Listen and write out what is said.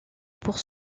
pour